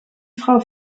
frau